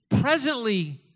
presently